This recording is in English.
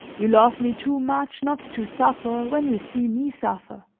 you love me too much not to suffer when you see me suffer.